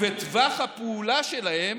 וטווח הפעולה שלהם